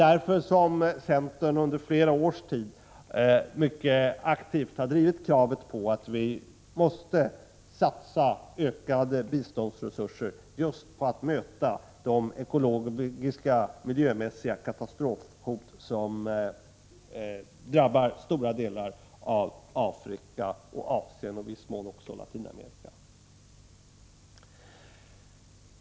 Därför har centern under flera år mycket aktivt drivit kravet på att vi måste satsa större biståndsresurser just för att möta de ekologiska, miljömässiga katastrofhoten mot stora delar av Afrika, Asien och i viss mån Latinamerika.